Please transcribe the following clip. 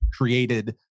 created